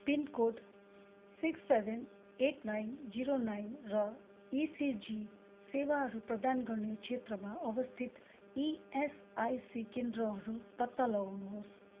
pin code six seven eight nine zero nine र ECG सेवाहरू प्रदान गर्ने क्षेत्रमा अवस्थित इएसआइसी केन्द्रहरू पत्ता लगाउनुहोस्